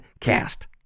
cast